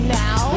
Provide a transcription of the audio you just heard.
now